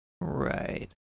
Right